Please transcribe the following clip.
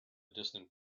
distant